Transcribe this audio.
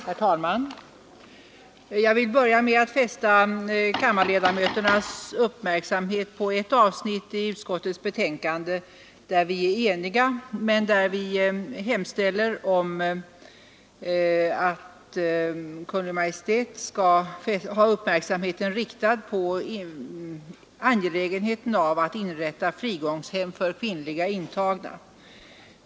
Herr talman! Jag vill börja med att peka på ett avsnitt i utskottsbetänkandet där vi är eniga men där vi hemställer att Kungl. Maj:t skall ha uppmärksamheten riktad på angelägenheten av att inrätta frigångshem för kvinnliga intagna.